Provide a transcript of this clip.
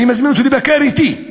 אני מזמין אותו לבקר אתי,